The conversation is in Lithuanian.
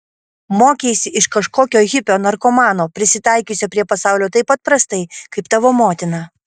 mokeisi iš kažkokio hipio narkomano prisitaikiusio prie pasaulio taip pat prastai kaip tavo motina